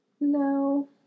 no